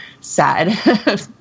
sad